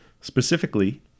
specifically